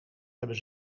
hebben